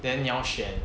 then 你要选